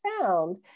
found